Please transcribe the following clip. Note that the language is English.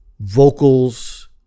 Vocals